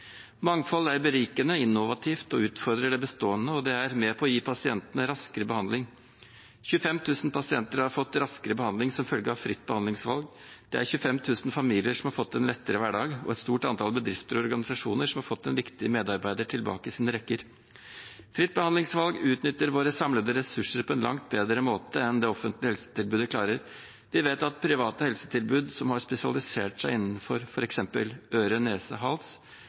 Mangfold er berikende, innovativt og utfordrer det bestående, og det er med på gi pasientene raskere behandling. 25 000 pasienter har fått raskere behandling som følge av fritt behandlingsvalg. Det er 25 000 familier som har fått en lettere hverdag, og et stort antall bedrifter og organisasjoner som har fått en viktig medarbeider tilbake i sine rekker. Fritt behandlingsvalg utnytter våre samlede ressurser på en langt bedre måte enn det offentlige helsetilbudet klarer. Vi vet at private helsetilbud som har spesialisert seg innenfor